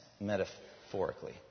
metaphorically